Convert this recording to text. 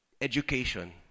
education